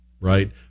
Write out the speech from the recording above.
right